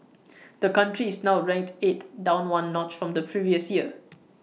the country is now ranked eighth down one notch from the previous year